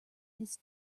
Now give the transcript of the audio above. his